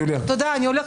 תודה, אני הולכת.